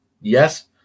Yes